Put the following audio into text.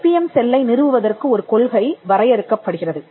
IBM செல்லை நிறுவுவதற்கு ஒரு கொள்கை வரையறுக்கப்படுகிறது